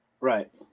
Right